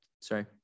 Sorry